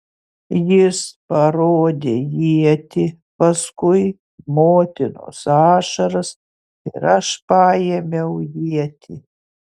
jis parodė ietį paskui motinos ašaras ir aš paėmiau ietį